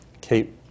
Kate